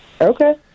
Okay